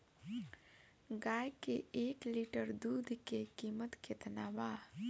गाय के एक लीटर दूध के कीमत केतना बा?